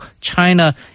China